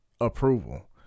approval